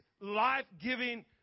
life-giving